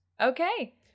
Okay